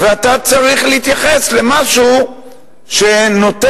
ואתה צריך להתייחס למשהו שנותן,